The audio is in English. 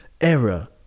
error